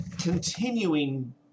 continuing